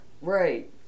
Right